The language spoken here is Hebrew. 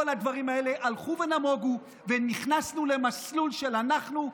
כל הדברים האלה הלכו ונמוגו ונכנסנו למסלול של "אנחנו",